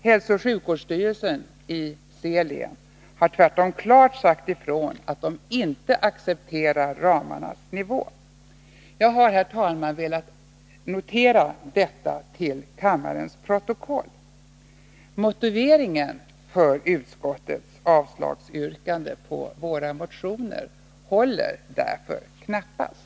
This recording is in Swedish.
Hälsooch sjukvårdsstyrelsen i länet har tvärtom klart sagt ifrån att man inte accepterar ramarnas nivå. Jag har, herr talman, velat notera detta till kammarens protokoll. Motiveringen för utskottets avstyrkande av våra motioner håller därför knappast.